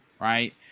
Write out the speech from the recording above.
Right